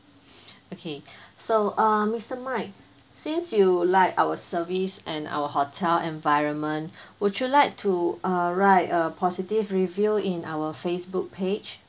okay so uh mister mike since you like our service and our hotel environment would you like to uh write a positive review in our Facebook page